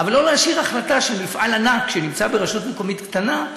אבל לא להשאיר החלטה על מפעל ענק שנמצא ברשות מקומית קטנה,